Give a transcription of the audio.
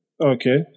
Okay